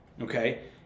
okay